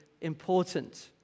important